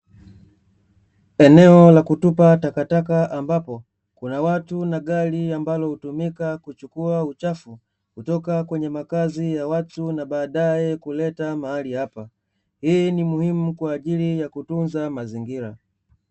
Eneo la kutupa takataka ambapo kuna watu na gari ambalo hutumika kuchukua uchafu, kutoka kwenye makazi ya watu na baadae kuleta mahali hapa, hii ni muhimu kwa ajili ya kutunza mazingira.